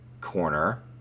corner